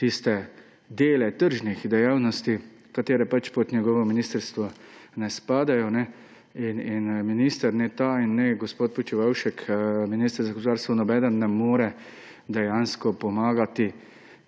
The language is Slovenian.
tiste dele tržnih dejavnosti, katere pač pod njegovo ministrstvo ne spadajo. In ne ta minister in ne gospod Počivalšek, minister za gospodarstvo, nobeden ne more dejansko pomagati